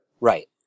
Right